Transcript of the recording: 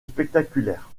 spectaculaire